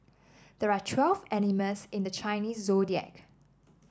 there are twelve animals in the Chinese Zodiac